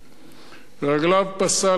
ברגליו פסע על כל שלוחה,